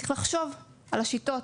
צריך לחשוב על השיטות,